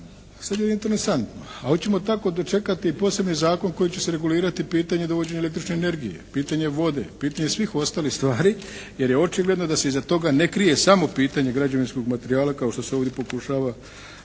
Sad je interesantno, a hoćemo tako dočekati i posebni zakon kojim će se regulirati pitanje dovođenja električne energije, pitanje vode, pitanje svih ostalih stvari jer je očigledno da se iza toga ne krije samo pitanje građevinskog materijala kao što se ovdje pokušava